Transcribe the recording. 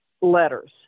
letters